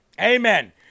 Amen